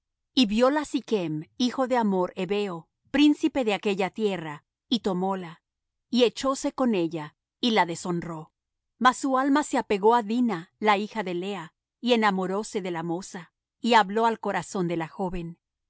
y vióla sichm hijo de hamor heveo príncipe de aquella tierra y tomóla y echóse con ella y la deshonró mas su alma se apegó á dina la hija de lea y enamoróse de la moza y habló al corazón de la joven